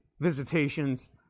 visitations